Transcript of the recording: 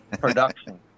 production